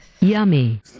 Yummy